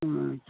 ओ नहि छै